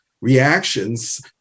reactions